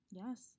yes